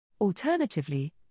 Alternatively